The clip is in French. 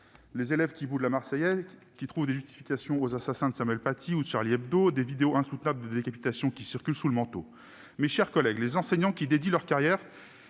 des élèves qui boudent, qui trouvent des justifications aux assassins de Samuel Paty ou de, ou encore des vidéos insoutenables de décapitation qui circulent sous le manteau. Mes chers collègues, les enseignants qui dédient leur carrière